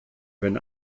wenn